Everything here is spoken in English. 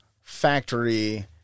factory